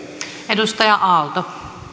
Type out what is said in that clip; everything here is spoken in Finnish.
arvoisa rouva puhemies